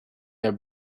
their